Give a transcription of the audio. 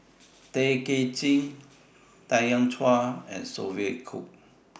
Tay Kay Chin Tanya Chua and Sophia Cooke